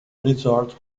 resort